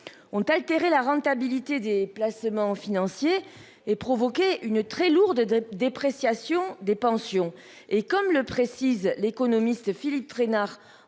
ont altéré la rentabilité des placements financiers et provoqué une très lourde dépréciation des pensions. Comme le précise l'économiste Philippe Trainar,